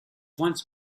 once